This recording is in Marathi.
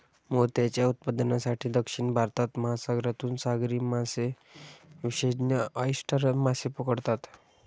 मोत्यांच्या उत्पादनासाठी, दक्षिण भारतात, महासागरातून सागरी मासेविशेषज्ञ ऑयस्टर मासे पकडतात